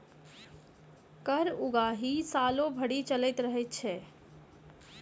कर उगाही सालो भरि चलैत रहैत छै